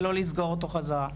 ולא לסגור אותו חזרה.